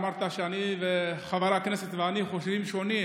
אמרת שחבר הכנסת ואני חושבים שונה.